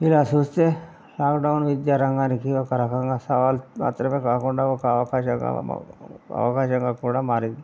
ఇలా చూస్తే లాక్డౌన్ విద్యారంగానికి ఒక రకంగా సవాల్ మాత్రమే కాకుండా ఒక అవకాశంగా అవకాశంగా కూడా మారింది